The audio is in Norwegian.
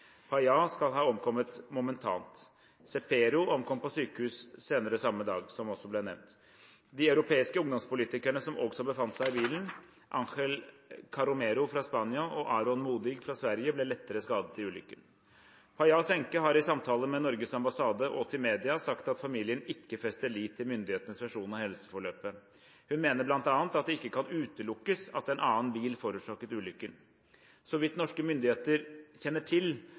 skal ha omkommet momentant. Cepero omkom på sykehus senere samme dag, som det også ble nevnt. De europeiske ungdomspolitikerne som også befant seg i bilen, Angel Carromero fra Spania og Aron Modig fra Sverige, ble lettere skadet i ulykken. Payás enke har i samtaler med Norges ambassade og til media sagt at familien ikke fester lit til myndighetenes versjon av hendelsesforløpet. Hun mener bl.a. at det ikke kan utelukkes at en annen bil forårsaket ulykken. Så vidt norske myndigheter kjenner til,